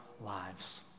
lives